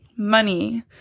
Money